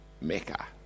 Mecca